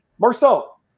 Marcel